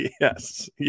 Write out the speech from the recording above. yes